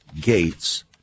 gates